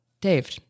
Dave